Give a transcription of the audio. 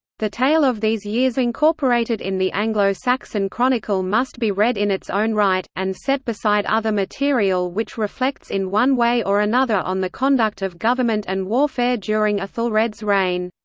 the tale of these years incorporated in the anglo-saxon chronicle must be read in its own right, and set beside other material which reflects in one way or another on the conduct of government and warfare during aethelred's reign.